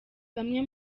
bamwe